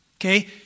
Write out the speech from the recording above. okay